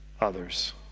others